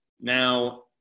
Now